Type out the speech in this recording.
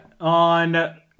on